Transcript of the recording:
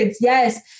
Yes